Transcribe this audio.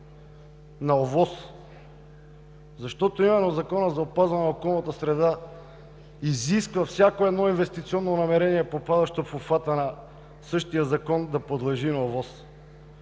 на ОВОС. Защото в Закона за опазване на околната среда има и изисква всяко едно инвестиционно намерение, попадащо в обхвата на същия закон, да подлежи на ОВОС.